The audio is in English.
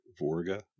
Vorga